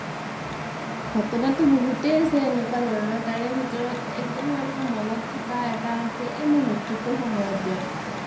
ঘটনাতো বহুতেই আছে এনেকুৱা ধৰণৰ তাৰে ভিতৰত একদম আৰু মনত থকা এটা আছে এ মোৰ মেট্ৰিকৰ সময়ত দিয়ক